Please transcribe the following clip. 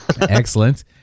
Excellent